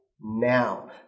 now